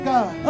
God